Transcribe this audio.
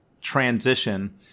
transition